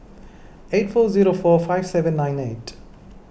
eight four zero four five seven nine eight